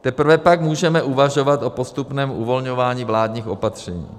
Teprve pak můžeme uvažovat o postupném uvolňování vládních opatření.